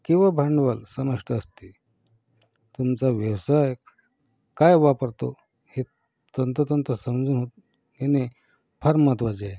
किंवा भांडवल समाविष्ट असते तुमचा व्यवसाय काय वापरतो हे तंतोतंत समजून येणे फार महत्त्वाचे आहे